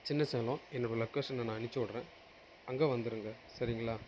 சின்ன சேலம் என்னோடய லொக்கேஷனை நான் அனுப்பிச்சு விடறேன் அங்கே வந்துடுங்க சரிங்களா